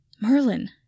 Merlin